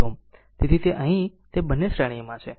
તેથી તે અહીં છે તે બંને શ્રેણીમાં છે